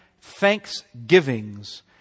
thanksgivings